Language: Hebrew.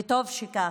וטוב שכך.